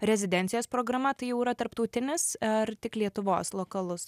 rezidencijos programa tai jau yra tarptautinis ar tik lietuvos lokalus